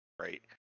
right